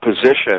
position